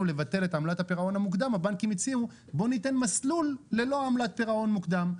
לבטל את עמלת הפירעון המוקדם הבנקים הציעו מסלול ללא עמלת פירעון מוקדם,